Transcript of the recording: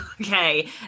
okay